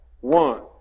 one